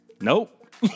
Nope